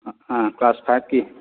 ꯑꯥ class ꯐꯥꯏꯚꯀꯤ